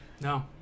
No